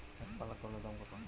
একপাল্লা করলার দাম কত?